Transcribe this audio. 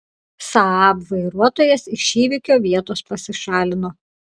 saab vairuotojas iš įvykio vietos pasišalino